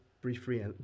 briefly